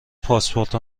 پاسپورت